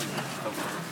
חברת הכנסת